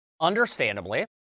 understandably